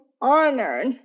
honored